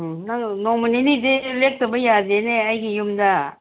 ꯎꯝ ꯅꯪ ꯅꯣꯡꯃ ꯅꯤꯅꯤꯗꯤ ꯂꯦꯛꯇꯕ ꯌꯥꯗꯦꯅꯦ ꯑꯩꯒꯤ ꯌꯨꯝꯗ